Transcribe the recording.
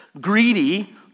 greedy